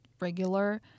regular